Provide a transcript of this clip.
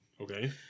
Okay